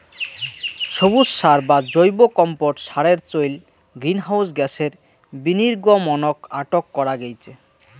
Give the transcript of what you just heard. সবুজ সার বা জৈব কম্পোট সারের চইল গ্রীনহাউস গ্যাসের বিনির্গমনক আটক করা গেইচে